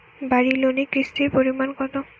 বাড়ি লোনে কিস্তির পরিমাণ কত?